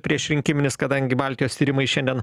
priešrinkiminis kadangi baltijos tyrimai šiandien